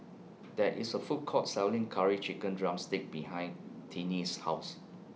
There IS A Food Court Selling Curry Chicken Drumstick behind Tinie's House